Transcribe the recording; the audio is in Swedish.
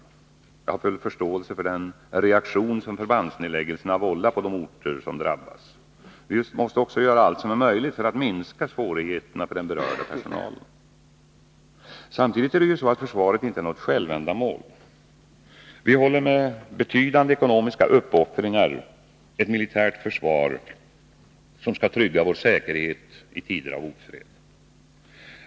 Jag har full förståelse för den reaktion som förbandsnedläggelserna vållat på de orter som drabbas. Vi måste också göra allt som är möjligt för att minska svårigheterna för den berörda personalen. i Samtidigt är det ju så att försvaret inte är något självändamål. Vi håller med betydande ekonomiska uppoffringar ett militärt försvar som skall trygga vår säkerhet i tider av ofred.